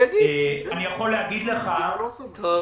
אני יכול להגיד לך שבהתחלה